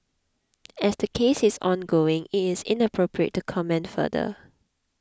as the case is ongoing it is inappropriate to comment further